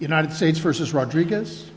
united states versus rodriguez